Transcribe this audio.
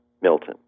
Milton